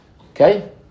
Okay